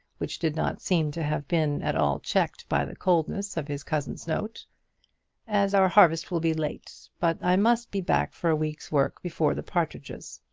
which did not seem to have been at all checked by the coldness of his cousin's note as our harvest will be late but i must be back for a week's work before the partridges.